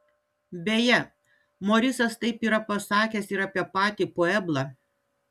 beje morisas taip yra pasakęs ir apie patį pueblą